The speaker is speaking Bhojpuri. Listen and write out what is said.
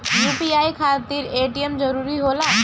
यू.पी.आई खातिर ए.टी.एम जरूरी होला?